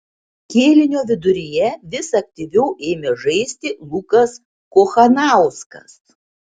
kėlinio viduryje vis aktyviau ėmė žaisti lukas kochanauskas